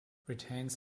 retains